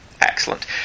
Excellent